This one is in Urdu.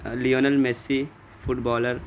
Lionel Messi fit bowler